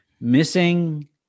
missing